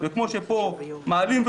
וכמו שפה מעלים,